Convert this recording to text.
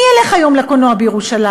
מי ילך היום לקולנוע בירושלים?